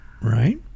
right